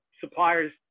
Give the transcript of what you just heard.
suppliers